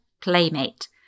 playmate